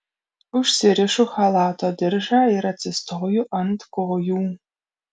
užsirišu chalato diržą ir atsistoju ant kojų